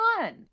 fun